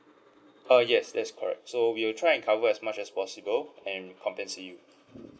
ah yes that's correct so we will try and cover as much as possible and we compensate you